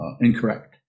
incorrect